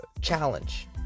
challenge